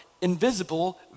invisible